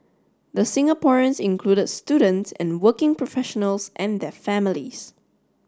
the Singaporeans included students and working professionals and their families